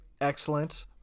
Excellent